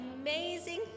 amazing